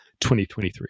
2023